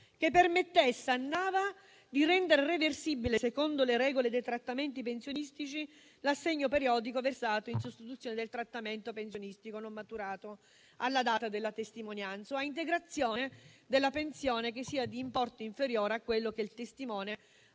che permettesse a Nava di rendere reversibile, secondo le regole dei trattamenti pensionistici, l'assegno periodico versato in sostituzione del trattamento pensionistico maturato alla data della testimonianza o a integrazione della pensione che sia di importo inferiore a quello che il testimone